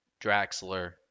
Draxler